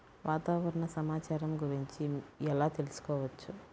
వాతావరణ సమాచారం గురించి ఎలా తెలుసుకోవచ్చు?